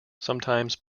sometimes